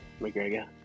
McGregor